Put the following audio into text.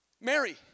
Mary